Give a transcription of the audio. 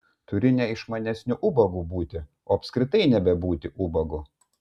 turi ne išmanesniu ubagu būti o apskritai nebebūti ubagu